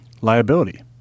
liability